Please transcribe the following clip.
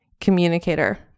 communicator